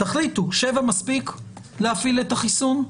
תחליטו, שבעה מספיק להפעיל את החיסון?